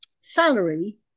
salary